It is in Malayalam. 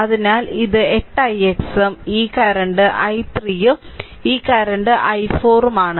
അതിനാൽ ഇത് 8 ix ഉം ഈ കറന്റ് i3 ഉം ഈ കറന്റ് i4 ഉം ആണ്